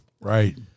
Right